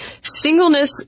singleness